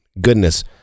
goodness